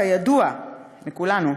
כידוע" לכולנו,